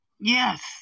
Yes